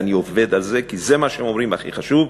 ואני עובד על זה, כי זה מה שהם אומרים שהכי חשוב,